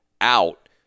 out